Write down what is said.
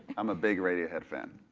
i'm a big radiohead fan.